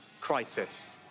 crisis